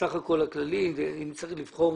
בסך הכול הכללי ואם צריך לבחור